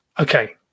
Okay